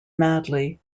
madly